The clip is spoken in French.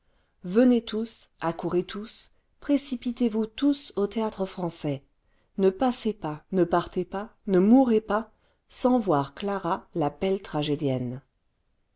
venez tous accourez tous précipitez vous tous au théàtre francais ne passez pas v ne partez pas ne mourez pas t sans voir clara la belle tragédienne